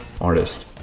artist